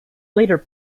later